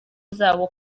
zabo